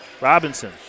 Robinson